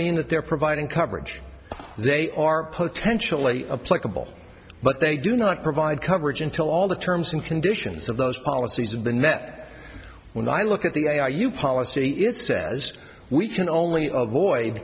mean that they're providing coverage they are potentially a pleasurable but they do not provide coverage until all the terms and conditions of those policies and the net when i look at the are you policy it says we can only of void